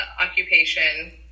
occupation